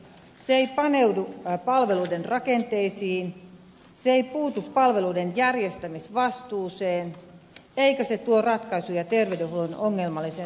se ei paneudu palveluiden rakenteisiin se ei puutu palveluiden järjestämisvastuuseen eikä se tuo ratkaisuja terveydenhuollon ongelmalliseen rahoitukseen